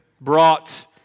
brought